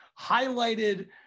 highlighted